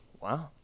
Wow